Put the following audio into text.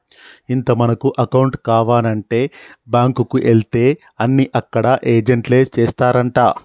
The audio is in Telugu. ఇంత మనకు అకౌంట్ కావానంటే బాంకుకు ఎలితే అన్ని అక్కడ ఏజెంట్లే చేస్తారంటా